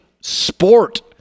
sport